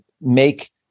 make